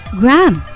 gram